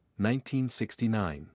1969